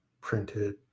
printed